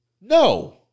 No